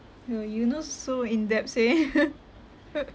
your you knows so in depths eh